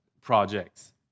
projects